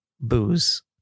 booze